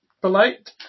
polite